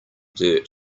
dirt